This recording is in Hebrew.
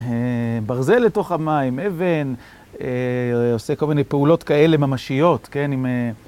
ברזל לתוך המים, אבן, הוא עושה כל מיני פעולות כאלה ממשיות, כן?